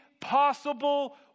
possible